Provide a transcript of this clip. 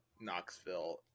Knoxville